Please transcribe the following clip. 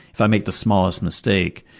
if i make the smallest mistake,